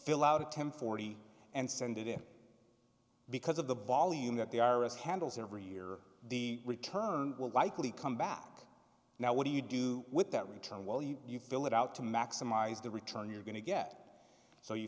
fill out a ten forty and send it in because of the volume that the iris handles every year the return will likely come back now what do you do with that return while you you fill it out to maximize the return you're going to get so you